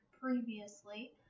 previously